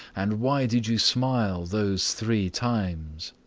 and why did you smile those three times?